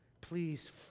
please